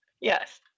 Yes